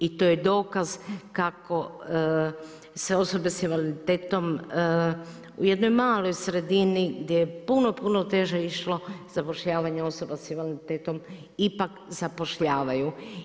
I to je dokaz kako se osobe s invaliditetom u jednoj maloj sredini, gdje je puno puno teže išlo zapošljavanje osobe s invaliditetom, ipak zapošljavaju.